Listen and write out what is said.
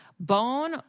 Bone